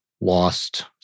lost